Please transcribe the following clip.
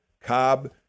Cobb